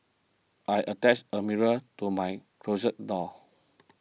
I attached a mirror to my closet door